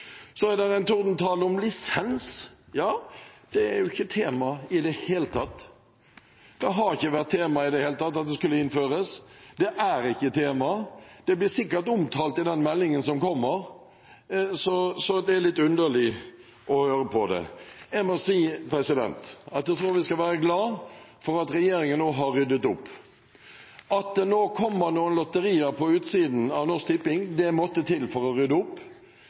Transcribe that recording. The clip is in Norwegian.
Så har det vært en tordentale om lisens. Det er jo ikke tema i det hele tatt. Det har ikke vært tema i det hele tatt at det skal innføres. Det er ikke et tema. Det blir sikkert omtalt i den meldingen som kommer. Så det er litt underlig å høre på det. Jeg tror vi skal være glade for at regjeringen nå har ryddet opp. At det nå kommer noen lotterier på utsiden av Norsk Tipping, måtte til for å rydde opp.